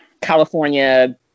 California